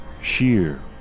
sheer